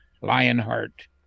Lionheart